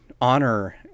honor